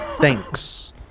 Thanks